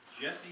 Jesse